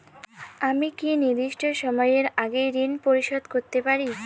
আমি কি নির্দিষ্ট সময়ের আগেই ঋন পরিশোধ করতে পারি?